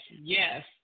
yes